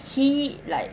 he like